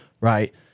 Right